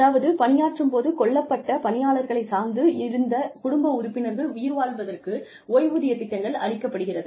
அதாவது பணியாற்றும் போது கொல்லப்பட்ட பணியாளர்களை சார்ந்து இருந்த குடும்ப உறுப்பினர்கள் உயிர் வாழ்வதற்கு ஓய்வூதிய திட்டங்கள் அளிக்கப்படுகிறது